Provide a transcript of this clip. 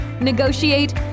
negotiate